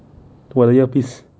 我的 earpiece